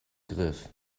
griff